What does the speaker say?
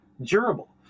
durable